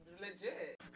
legit